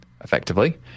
effectively